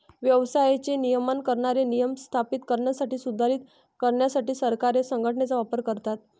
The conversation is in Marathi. व्यवसायाचे नियमन करणारे नियम स्थापित करण्यासाठी, सुधारित करण्यासाठी सरकारे संघटनेचा वापर करतात